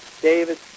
David